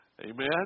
Amen